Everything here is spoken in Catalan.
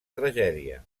tragèdia